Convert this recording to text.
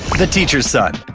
the teacher son.